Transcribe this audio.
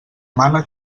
mana